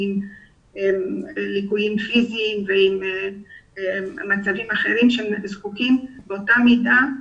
עם ליקויים פיזיים ועם מצבים אחרים שזקוקים באותה מידה,